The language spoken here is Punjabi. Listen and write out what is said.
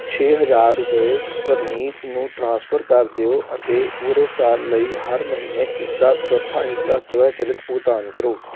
ਛੇ ਹਜ਼ਾਰ ਰੁਪਏ ਪ੍ਰਨੀਤ ਨੂੰ ਟ੍ਰਾਂਸਫਰ ਕਰ ਦਿਓ ਅਤੇ ਪੂਰੇ ਸਾਲ ਲਈ ਹਰ ਮਹੀਨੇ ਇਸਦਾ ਚੌਥਾ ਹਿੱਸਾ ਸਵੈਚਲਿਤ ਭੁਗਤਾਨ ਕਰੋ